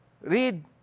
Read